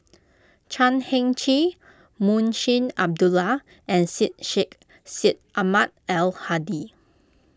Chan Heng Chee Munshi Abdullah and Syed Sheikh Syed Ahmad Al Hadi